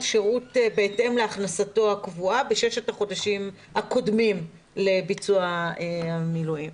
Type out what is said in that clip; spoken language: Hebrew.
שירות בהתאם להכנסתו הקבועה בששת החודשים הקודמים לביצוע המילואים.